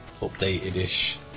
updated-ish